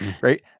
Right